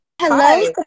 hello